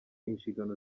inshingano